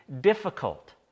difficult